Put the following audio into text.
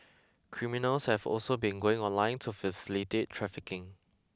criminals have also been going online to facilitate trafficking